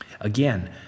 Again